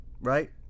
right